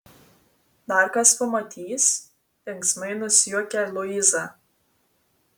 dar kas pamatys linksmai nusijuokia luiza